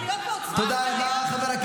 תם הזמן, תודה רבה.